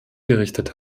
gerichtet